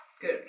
Good